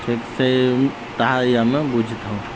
ଠିକ୍ ସେଇ ତାହା ହିଁ ଆମେ ବୁଝିଥାଉ